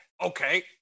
Okay